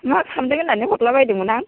मा खालामदों होन्नानै हरला बायदोंमोन आं